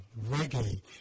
reggae